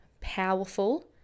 powerful